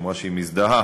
היא אמרה שהיא מזדהה.